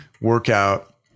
workout